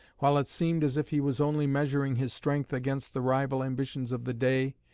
while it seemed as if he was only measuring his strength against the rival ambitions of the day,